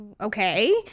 okay